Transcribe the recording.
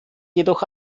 jedoch